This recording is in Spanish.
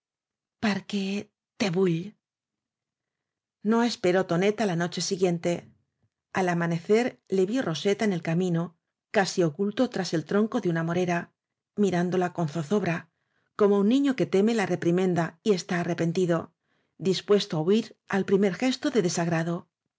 que te vullch no esperó tonet á la noche siguiente alamanecer le vio roseta en el camino casi ocul to tras el tronco de una morera mirándola con zozobra como un niño que teme la reprimenda y está arrepentido dispuesto á huir al primer gesto de desagrado